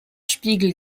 spiegel